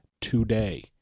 today